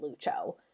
Lucho